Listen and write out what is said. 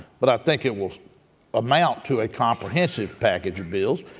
but i think it will amount to a comprehensive package of bills,